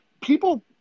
people